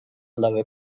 lower